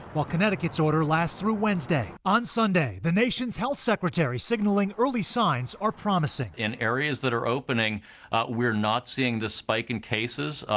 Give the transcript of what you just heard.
while connecticut's order lasts through wednesday. on sunday, the nation's health secretary signaling early signs are promising. in areas that are opening we're not seeing the spike in cases.